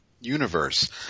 universe